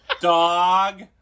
dog